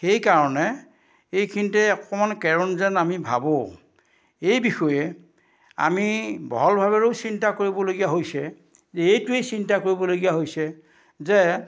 সেইকাৰণে এইখিনিতে অকণমান কেৰুণ যেন আমি ভাবোঁ এই বিষয়ে আমি বহলভাৱেৰেও চিন্তা কৰিবলগীয়া হৈছে যে এইটোৱেই চিন্তা কৰিবলগীয়া হৈছে যে